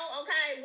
okay